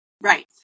Right